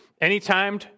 Anytime